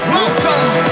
Welcome